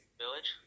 village